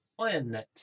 Ironnet